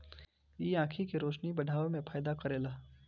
इ आंखी के रोशनी बढ़ावे में फायदा करेला